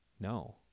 No